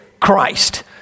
Christ